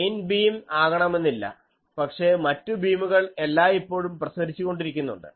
main beam ആകണമെന്നില്ല പക്ഷേ മറ്റു ബീമുകൾ എല്ലായിപ്പോഴും പ്രസരിച്ചുകൊണ്ടിരിക്കുന്നുണ്ട്